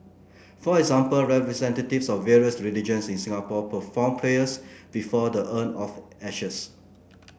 for example representatives of various religions in Singapore performed prayers before the urn of ashes